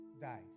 died